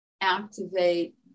activate